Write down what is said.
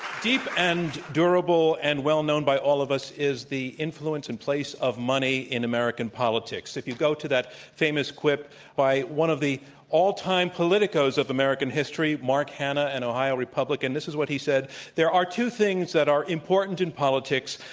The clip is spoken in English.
deep and durable and well-known by all of us is the influence and place of money in american politics. if you go to that famous quip by one of the all-time politicos of american history, mark hanna, an ohio republican, this is what he said there are two things that are important in politics.